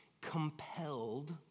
compelled